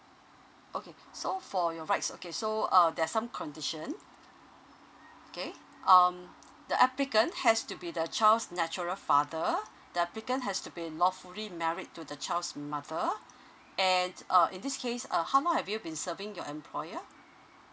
okay so for your rights okay so uh there's some condition okay um the applicant has to be the child's natural father the applicant has to be lawfully married to the child's mother and uh in this case uh how long have you been serving your employer